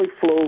flow